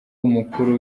umukuru